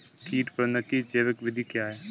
कीट प्रबंधक की जैविक विधि क्या है?